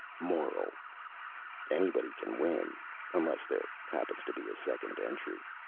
moral anybody can win unless there happens to be a second entry.